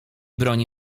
broni